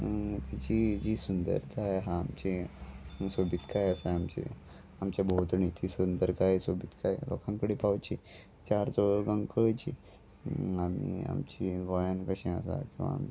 तिची जी सुंदरताय आसा आमची सोबीतकाय आसा आमची आमच्या भोंवतणी ती सुंदरकाय सोबीतकाय लोकांकडे पावची चार चौगांक कळची आमी आमची गोंयान कशें आसा किंवां